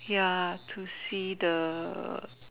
ya to see the